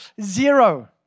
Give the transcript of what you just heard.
Zero